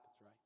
right